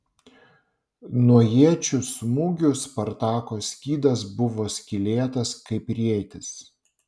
nuo iečių smūgių spartako skydas buvo skylėtas kaip rėtis